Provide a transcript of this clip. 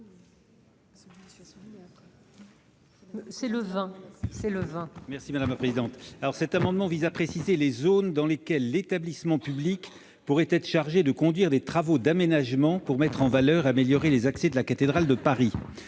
parole est à M. le rapporteur. Cet amendement vise à préciser les zones dans lesquelles l'établissement public pourrait être chargé de conduire des travaux d'aménagement pour mettre en valeur et améliorer les accès de la cathédrale de Paris.